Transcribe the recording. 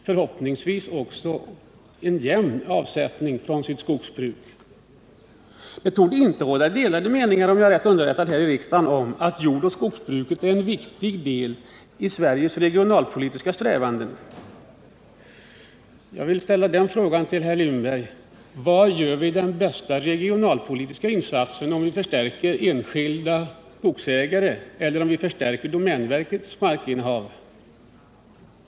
Förhoppningsvis får vi också en jämn avsättning. Om jag är rätt underrättad torde det inte här i riksdagen råda delade meningar om att jordoch skogsbruket är en viktig del i Sveriges regionalpolitiska strävanden. Jag vill fråga herr Lindberg: Var gör vi den bästa regionalpolitiska insatsen; om vi förstärker enskilda skogsägares markinnehav eller om vi förstärker domänverkets markinnehav?